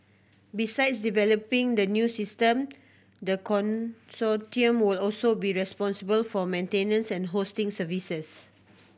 besides developing the new system the consortium will also be responsible for maintenance and hosting services